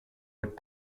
would